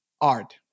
art